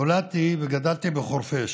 נולדתי וגדלתי בחורפיש.